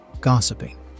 gossiping